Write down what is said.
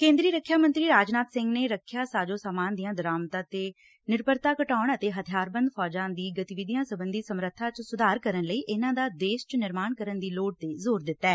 ਕੇਂਦਰੀ ਰੱਖਿਆ ਮੰਤਰੀ ਰਾਜਨਾਥ ਸਿੰਘ ਨੇ ਰੱਖਿਆ ਸਾਜੋ ਸਮਾਨ ਦੀਆਂ ਦਰਾਮਦ ਤੇ ਨਿਰਭਰਤਾ ਘਟਾਉਣ ਅਤੇ ਹਥਿਆਰਬੰਦ ਫੌਜਾਂ ਦੀ ਗਤੀ ਵਿਧੀਆ ਸਬੰਧੀ ਸਮੱਰਬਾ ਚ ਸੁਧਾਰ ਕਰਨ ਲਈ ਇਨੂਾਂ ਦਾ ਦੇਸ਼ ਚ ਨਿਰਮਾਣ ਕਰਨ ਦੀ ਲੋੜ ਤੇ ਜ਼ੋਰ ਦਿੱਤੈ